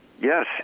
Yes